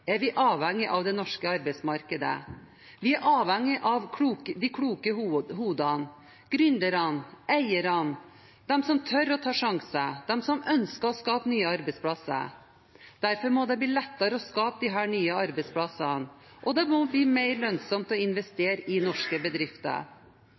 er vi avhengig av det norske arbeidsmarkedet. Vi er avhengig av de kloke hodene, gründerne, eierne, de som tør å ta sjanser, de som ønsker å skape nye arbeidsplasser. Derfor må det bli lettere å skape disse nye arbeidsplassene, og det må bli mer lønnsomt å